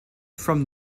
from